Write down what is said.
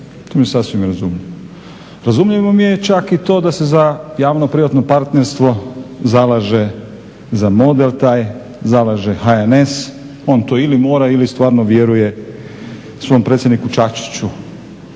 to mi je sasvim razumljivo. Razumljivo mi je čak i to da se za javno-privatno partnerstvo zalaže, za model taj zalaže HNS, on to ili mora ili stvarno vjeruje svom predsjedniku Čačiću,